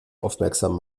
aufmerksam